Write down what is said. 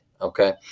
Okay